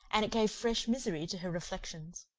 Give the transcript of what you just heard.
and it gave fresh misery to her reflections.